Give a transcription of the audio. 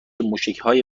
موشکهای